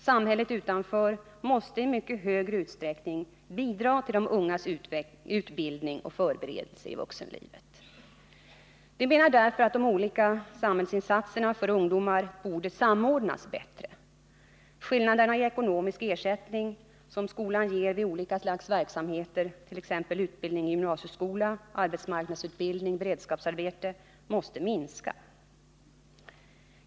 Samhället utanför måste i mycket högre utsträckning än nu bidra till de ungas utbildning och förberedelse för vuxenlivet. Vi menar därför att de olika samhällsinsatserna för ungdomar borde samordnas bättre. Skillnaderna i ekonomisk ersättning som samhället ger vid olika slags verksamheter, t.ex. utbildning i gymnasieskola, arbetsmarknadsutbildning och beredskapsarbete, måste minska.